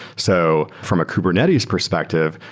so from a kubernetes perspective,